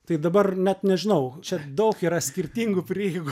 tai dabar net nežinau čia daug yra skirtingų prieigų